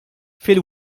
fil